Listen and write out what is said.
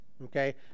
Okay